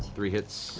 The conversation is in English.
three hits.